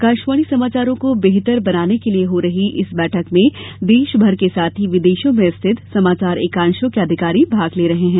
आकाशवाणी समाचारों को बेहतर बनाने के लिए हो रही इस बैठक में देश भर के साथ ही विदेशों में स्थित समाचार एकांशों के अधिकारी भाग ले रहे हैं